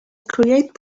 create